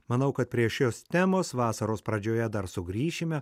manau kad prie šios temos vasaros pradžioje dar sugrįšime